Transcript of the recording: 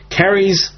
carries